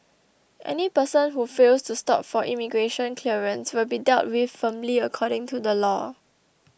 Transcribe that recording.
any person who fails to stop for immigration clearance will be dealt with firmly according to the law